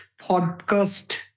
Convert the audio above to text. podcast